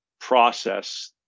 process